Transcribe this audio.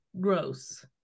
gross